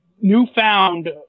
newfound